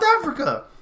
Africa